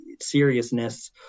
seriousness